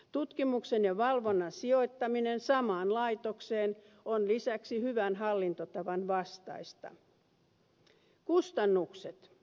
tutkimuksen ja valvonnan sijoittaminen samaan laitokseen on lisäksi hyvän hallintotavan vastaista